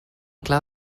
clar